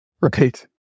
Repeat